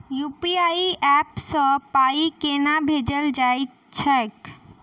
UPI app सँ पाई केना भेजल जाइत छैक?